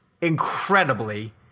incredibly